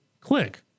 click